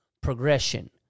progression